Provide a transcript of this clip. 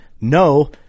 no